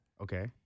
Okay